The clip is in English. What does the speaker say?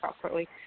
properly